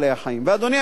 אדוני היושב-ראש,